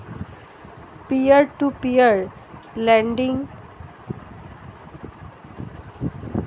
peer to peer lending कम overhead के साथ काम करने का प्रयास करती हैं